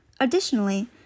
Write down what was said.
Additionally